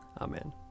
Amen